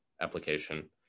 application